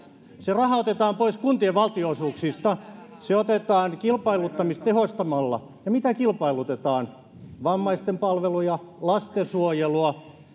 se raha otetaan pois kuntien valtionosuuksista se otetaan kilpailuttamista tehostamalla ja mitä kilpailutetaan vammaisten palveluja lastensuojelua